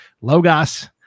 Logos